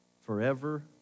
forever